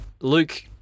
Luke